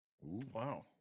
Wow